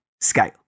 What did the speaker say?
scale